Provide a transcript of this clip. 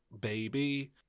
baby